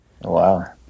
Wow